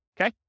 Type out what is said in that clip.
Okay